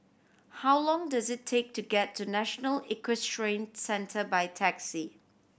how long does it take to get to National Equestrian Centre by taxi